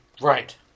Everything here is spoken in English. Right